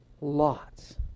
lots